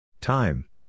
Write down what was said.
Time